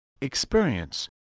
experience